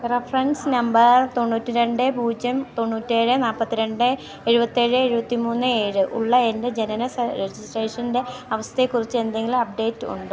reference number തൊണ്ണൂറ്റിരണ്ട് പൂജ്യം തൊണ്ണൂറ്റിയേഴ് നാല്പ്പത്തിരണ്ട് എഴുപത്തിയേഴ് എഴുപത്തിമൂന്ന് ഏഴ് ഉള്ള എൻറ്റെ ജനന രജിസ്ട്രേഷൻറ്റെ അവസ്ഥയെക്കുറിച്ച് എന്തെങ്കിലും അപ്ഡേറ്റുണ്ടോ